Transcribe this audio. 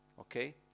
Okay